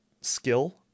skill